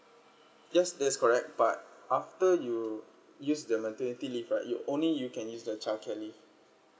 yes that's correct but after you use the maternity leave right you only you can use the childcare leave